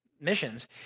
missions